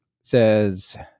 says